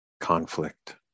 conflict